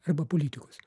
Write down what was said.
arba politikos